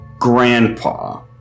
grandpa